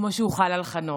כמו שהוא חל על חנוך.